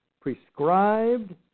prescribed